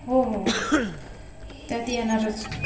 हो हो त्यात येणारच